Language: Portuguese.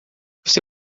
você